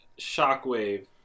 Shockwave